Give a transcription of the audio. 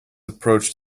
approach